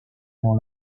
dans